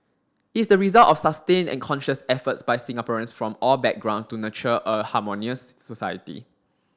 it's the result of sustained and conscious efforts by Singaporeans from all backgrounds to nurture a harmonious society